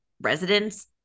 residents